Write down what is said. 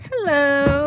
Hello